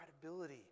credibility